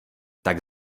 tak